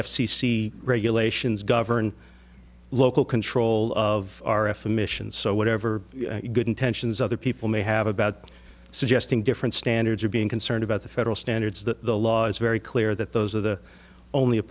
c regulations govern local control of our f a mission so whatever good intentions other people may have about suggesting different standards are being concerned about the federal standards that the law is very clear that those are the only